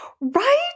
Right